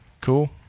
Cool